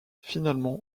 finalement